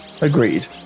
Agreed